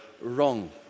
wrong